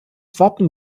wappen